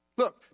Look